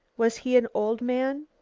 was he an old man?